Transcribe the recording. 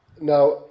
Now